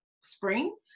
spring